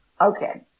Okay